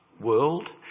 world